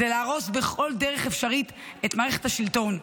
זה להרוס בכל דרך אפשרית את מערכת השלטון.